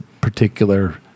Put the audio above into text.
particular